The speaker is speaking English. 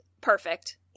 Perfect